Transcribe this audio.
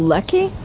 Lucky